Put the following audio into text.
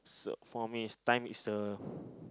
so for me is time is a